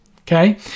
Okay